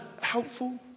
helpful